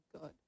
good